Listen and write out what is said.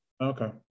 Okay